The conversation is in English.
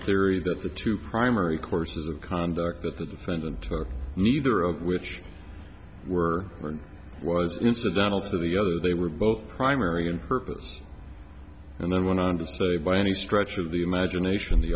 theory that the two primary courses of conduct that the defendant took neither of which were or was incidental to the other they were both primary and purpose and then went on to say by any stretch of the imagination the